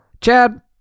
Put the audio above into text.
Chad